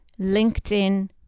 LinkedIn